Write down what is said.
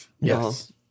Yes